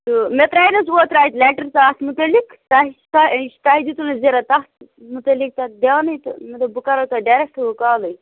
تہٕ مےٚ ترٛایے نہ حظ اوترٕ اَتہِ لیٹر تہٕ اَتھ مُتعلق تۄہہِ ۄ تۄہہِ دِتوٗ نہٕ زٚہریہ تتھ مُتعلق دیانے مےٚ دوٚپ بہٕ کَرو تۄہہِ ڈایریٚکٹ ونۍ کالٕے